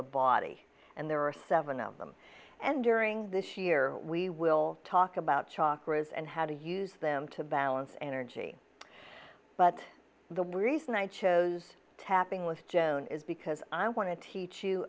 the body and there are seven of them and during this year we will talk about chalk rose and how to use them to balance energy but the reason i chose tapping with joan is because i want to teach you